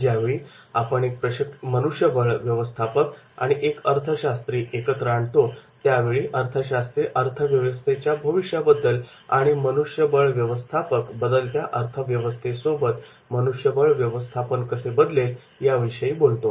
ज्यावेळी आपण एक मनुष्यबळ व्यवस्थापक आणि एक अर्थशास्त्री एकत्र आणतो त्यावेळी अर्थशास्त्री अर्थव्यवस्थेच्या भवितव्याबद्दल आणि मनुष्यबळ व्यवस्थापक बदलत्या अर्थव्यवस्थे सोबत मनुष्यबळ व्यवस्थापन कसे बदलेल याविषयी बोलतो